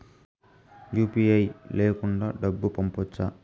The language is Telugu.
యు.పి.ఐ లేకుండా డబ్బు పంపొచ్చా